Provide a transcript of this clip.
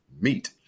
meet